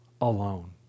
alone